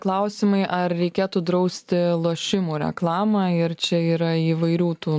klausimai ar reikėtų drausti lošimų reklamą ir čia yra įvairių tų